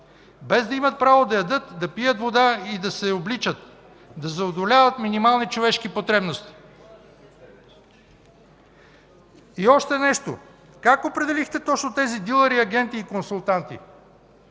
без да имат право да ядат, да пият вода и да се обличат, да задоволяват минимални човешки потребности. И още нещо. Как определихте точно тези дилъри, агенти и консултанти,